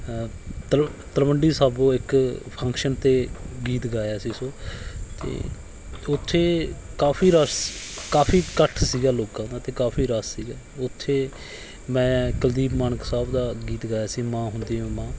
ਤਲ ਤਲਵੰਡੀ ਸਾਬੋ ਇੱਕ ਫੰਕਸ਼ਨ 'ਤੇ ਗੀਤ ਗਾਇਆ ਸੀ ਸੋ ਅਤੇ ਉੱਥੇ ਕਾਫ਼ੀ ਰਸ਼ ਕਾਫ਼ੀ ਇਕੱਠ ਸੀਗਾ ਲੋਕਾਂ ਦਾ ਅਤੇ ਕਾਫ਼ੀ ਰਸ ਸੀਗਾ ਉੱਥੇ ਮੈਂ ਕੁਲਦੀਪ ਮਾਣਕ ਸਾਹਿਬ ਦਾ ਗੀਤ ਗਾਇਆ ਸੀ ਮਾਂ ਹੁੰਦੀ ਏ ਮਾਂ